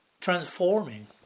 transforming